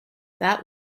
that